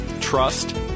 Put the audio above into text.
trust